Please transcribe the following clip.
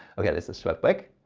okay let's swap back.